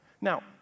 Now